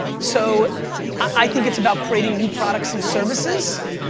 so i think it's about creating new products and services.